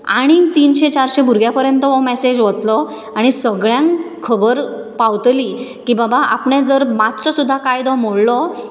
आनीक चारशें तीनशें भुरग्या पर्यंत हो मेसेज वतलो आनी सगळ्यांक खबर पावतली की बाबा आपणे जर मातसो सुद्दां कायदो मोडलो